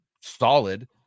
solid